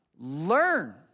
Learn